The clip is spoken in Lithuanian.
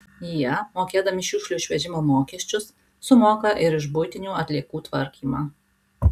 jie mokėdami šiukšlių išvežimo mokesčius sumoka ir už buitinių atliekų tvarkymą